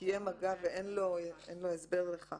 קיים מגע ואין לו הסבר לכך.